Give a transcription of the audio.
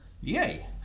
Yay